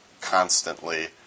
constantly